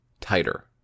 tighter